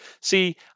see